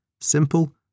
simple